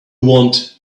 want